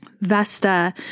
Vesta